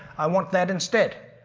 i want that instead,